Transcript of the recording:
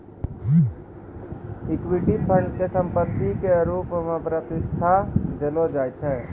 equity fund के संपत्ति के रुप मे प्रतिष्ठा देलो जाय छै